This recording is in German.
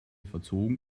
verzogen